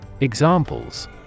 Examples